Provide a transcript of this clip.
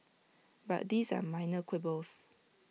but these are minor quibbles